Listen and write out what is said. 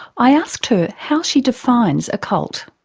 i asked her how she defines a cult.